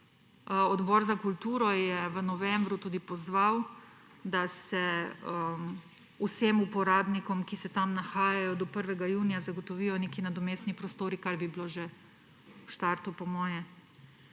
Odbor za kulturo je v novembru tudi pozval, da se vsem uporabnikom, ki se tam nahajajo, do 1. junija zagotovijo neki nadomestni prostori, kar bi bilo že v startu potrebno.